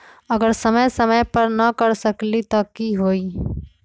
अगर समय समय पर न कर सकील त कि हुई?